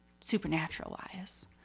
Supernatural-wise